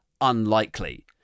unlikely